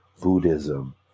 Buddhism